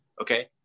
okay